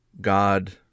God